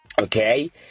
okay